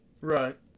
Right